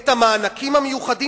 את המענקים המיוחדים.